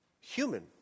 human